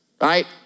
right